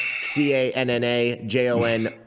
C-A-N-N-A-J-O-N